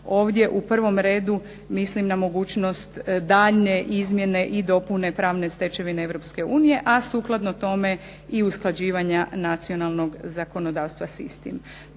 Ovdje u prvom redu mislim na mogućnost daljnje izmjene i dopune pravne stečevine Europske unije a sukladno tome i usklađivanja nacionalnog zakonodavstva s istim.